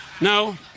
no